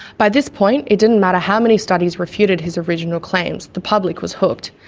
by this point, it didn't matter how many studies refuted his original claims, the public was hooked.